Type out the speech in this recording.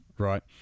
Right